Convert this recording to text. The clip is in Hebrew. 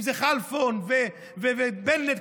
אם זה כלפון ובנט,